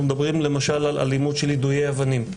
מדברים למשל על אלימות של יידויי אבנים,